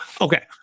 okay